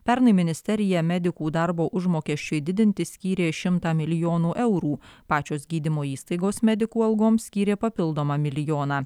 pernai ministerija medikų darbo užmokesčiui didinti skyrė šimtą milijonų eurų pačios gydymo įstaigos medikų algoms skyrė papildomą milijoną